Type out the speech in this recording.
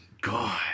god